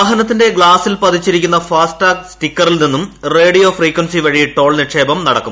വാഹനത്തിന്റെ ഗ്ലാസിൽ പതിച്ചിരിക്കുന്ന ഫാസ്ടാഗ് ് സ്റ്റിക്കറിൽ നിന്നും റേഡിയോ ഫ്രീക്വൻസി വഴി ടോൾ നിക്ഷേപം നടക്കും